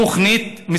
תוכנית.